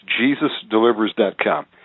jesusdelivers.com